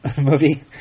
movie